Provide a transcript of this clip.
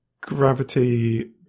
gravity